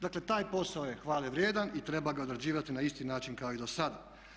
Dakle, taj posao je hvale vrijedan i treba ga odrađivati na isti način kao i do sada.